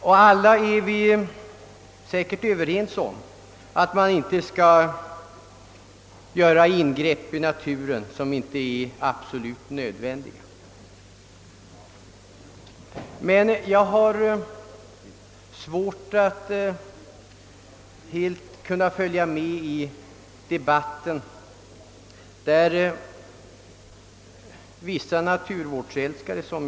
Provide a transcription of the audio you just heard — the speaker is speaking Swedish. Alla är vi säkert överens om att man inte skall göra ingrepp i naturen som inte är absolut nödvändiga. Jag har dock svårt att helt kunna följa med argumenteringen från vissa naturvårdsvänner.